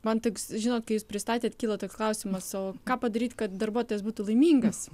man toks žinot kai jūs pristatėt kyla toks klausimas o ką padaryt kad darbuotojas būtų laimingas